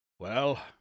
Well